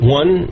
one